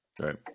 right